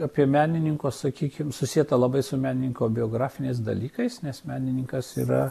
apie menininko sakykim susietą labai su menininko biografiniais dalykais nes menininkas yra